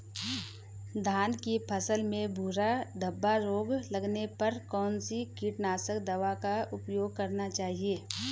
धान की फसल में भूरा धब्बा रोग लगने पर कौन सी कीटनाशक दवा का उपयोग करना चाहिए?